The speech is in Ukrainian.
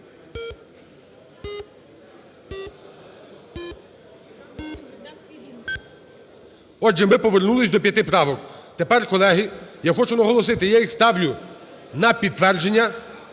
Отже, ми повернулись до п'яти правок. Тепер, колеги, я хочу наголосити. Я їх ставлю на підтвердження